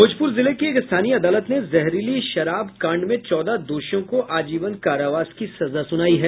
भोजपुर जिले की एक स्थानीय अदालत ने जहरीली शराब कांड में चौदह दोषियों को आजीवन कारावास की सजा सुनाई है